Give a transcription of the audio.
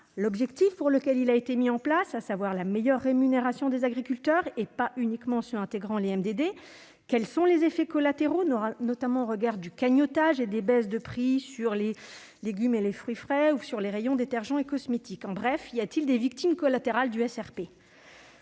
l'objectif pour lequel il a été mis en place, à savoir la meilleure rémunération des agriculteurs, et pas uniquement de ceux qui intègrent les MDD ? Quels sont les effets collatéraux, notamment au regard du cagnottage et des baisses de prix sur les légumes et fruits frais ou sur les rayons détergents et cosmétiques ? Bref, y a-t-il des « victimes collatérales » du SRP ?